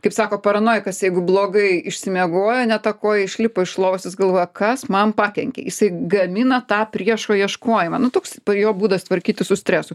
kaip sako paranojikas jeigu blogai išsimiegojo ne ta koja išlipo iš lovos jis galvoja kas man pakenkė jisai gamina tą priešo ieškojimą nu toks jo būdas tvarkytis su stresu